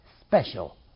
special